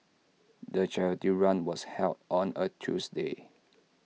the charity run was held on A Tuesday